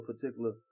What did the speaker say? particular